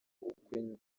ubukwe